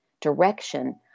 direction